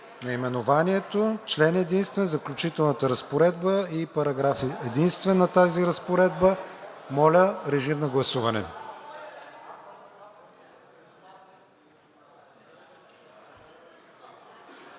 наименованието, член единствен, заключителната разпоредба и параграф единствен на тази разпоредба. Гласували